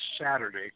Saturday